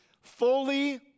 fully